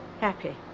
happy